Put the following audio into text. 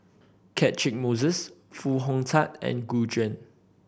Catchick Moses Foo Hong Tatt and Gu Juan